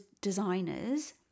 designers